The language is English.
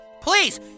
Please